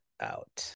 out